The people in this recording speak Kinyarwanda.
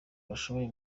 bashoboye